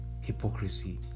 hypocrisy